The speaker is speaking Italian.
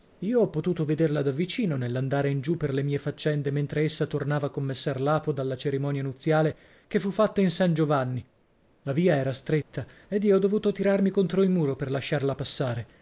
io ho potuto vederla da vicino nell'andare in giù per le mie faccende mentre essa tornava con messer lapo dalla cerimonia nuziale che tu fatta in san giovanni la via era stretta ed io ho dovuto tirarmi contro il muro per lasciarla passare